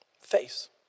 Face